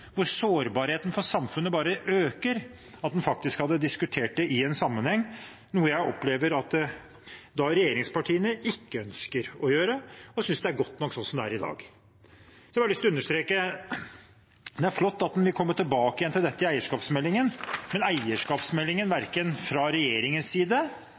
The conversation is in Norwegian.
hvor sårbarheten i samfunnet bare øker, hadde vært klokt at en faktisk hadde diskutert det i en sammenheng, noe jeg opplever at regjeringspartiene ikke ønsker å gjøre – man synes det er godt nok slik det er i dag. Så har jeg bare lyst til å understreke at det er flott at en vil komme tilbake til dette i eierskapsmeldingen, men eierskapsmeldingen har verken fra regjeringens side